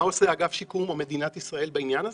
מה עושים אגף שיקום או מדינת ישראל בעניין הזה?